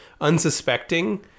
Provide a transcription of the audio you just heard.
unsuspecting